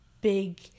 big